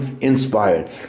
inspired